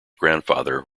grandfather